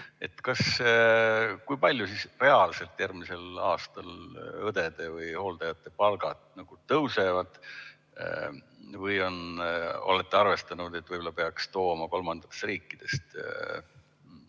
Kui palju reaalselt järgmisel aastal õdede või hooldajate palgad tõusevad? Või olete arvestanud, et võib-olla peaks tooma kolmandatest riikidest